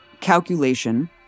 calculation